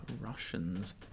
Russians